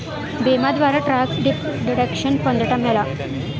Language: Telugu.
భీమా ద్వారా టాక్స్ డిడక్షన్ పొందటం ఎలా?